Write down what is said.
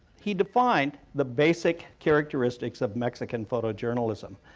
he defined the basic characteristics of mexican photojournalism.